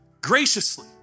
graciously